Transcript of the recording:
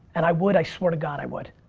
and i would, i swear to god i would.